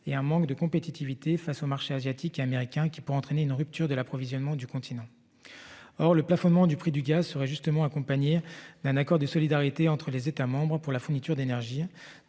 et un manque de compétitivité face aux marchés asiatiques et américains qui pourrait entraîner une rupture de l'approvisionnement du continent. Or, le plafonnement du prix du gaz serait justement accompagnée d'un accord de solidarité entre les États membres pour la fourniture d'énergie